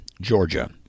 Georgia